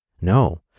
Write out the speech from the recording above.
No